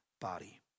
body